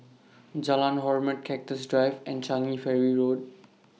Jalan Hormat Cactus Drive and Changi Ferry Road